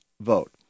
vote